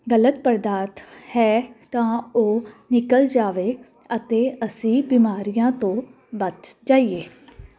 ਗਲਤ ਪਦਾਰਥ ਹੈ ਤਾਂ ਉਹ ਨਿਕਲ ਜਾਵੇ ਅਤੇ ਅਸੀਂ ਬਿਮਾਰੀਆਂ ਤੋਂ ਬੱਚ ਜਾਈਏ